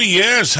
yes